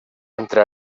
entre